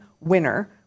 Winner